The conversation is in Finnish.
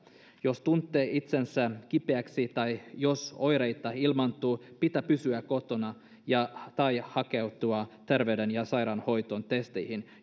jos tuntee itsensä kipeäksi tai jos oireita ilmaantuu pitää pysyä kotona tai hakeutua terveyden ja sairaanhoitoon testeihin